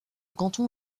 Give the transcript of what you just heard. canton